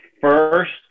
first